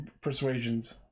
persuasions